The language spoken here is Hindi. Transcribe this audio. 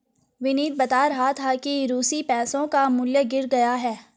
विनीत बता रहा था कि रूसी पैसों का मूल्य गिर गया है